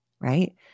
right